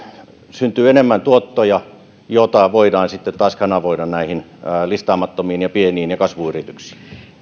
syntyy enemmän tuottoja joita voidaan sitten taas kanavoida näihin listaamattomiin pieniin ja kasvuyrityksiin